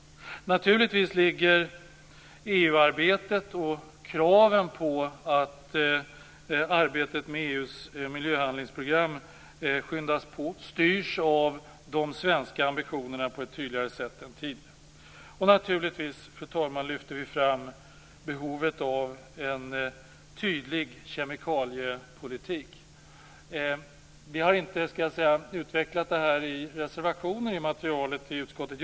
Naturligtvis styrs EU-arbetet och kraven på att arbetet med EU:s miljöhandlingsprogram skyndas på på ett tydligare sätt än tidigare av de svenska ambitionerna. Fru talman! Vi lyfter fram behovet av en tydlig kemikaliepolitik. Vi har inte utvecklat detta i reservationer till betänkandet.